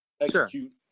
execute